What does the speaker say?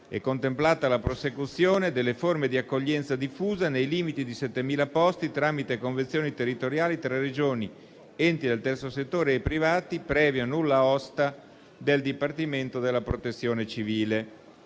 è contemplata la prosecuzione delle forme di accoglienza diffusa nei limiti di 7.000 posti tramite convenzioni territoriali tra Regioni, enti del terzo settore e privati, previo nulla osta del Dipartimento della protezione civile.